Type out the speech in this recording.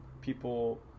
people